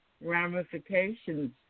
ramifications